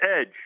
edge